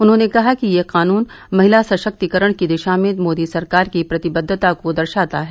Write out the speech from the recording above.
उन्होंने कहा कि यह कानून महिला सशक्तीकरण की दिशा में मोदी सरकार की प्रतिबद्धता को दर्शाता है